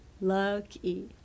lucky